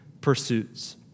pursuits